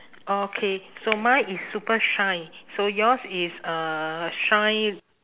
okay so mine is super shine so yours is uh shine